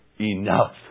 enough